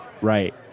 Right